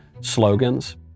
slogans